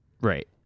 Right